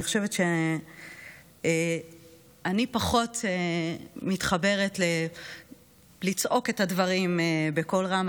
אני חושבת שאני פחות מתחברת ללצעוק את הדברים בקול רם,